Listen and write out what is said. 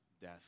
death